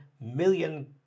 million